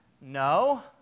No